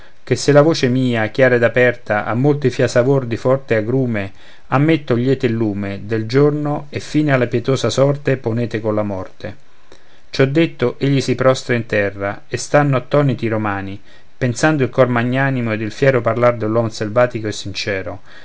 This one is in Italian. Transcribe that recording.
che se la voce mia chiara ed aperta a molti fia savor di forte agrume a me togliete il lume del giorno e fine alla pietosa sorte ponete colla morte ciò detto egli si prostra in terra e stanno attoniti i romani pensando il cor magnanimo ed il fiero parlar dell'uom selvatico e sincero